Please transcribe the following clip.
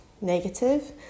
negative